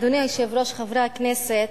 אדוני היושב-ראש, חברי הכנסת,